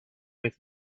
with